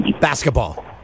basketball